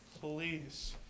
please